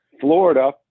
Florida